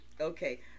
Okay